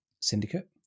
Syndicate